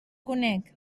conec